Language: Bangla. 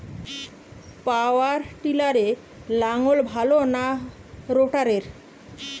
পাওয়ার টিলারে লাঙ্গল ভালো না রোটারের?